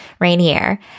Rainier